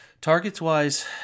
Targets-wise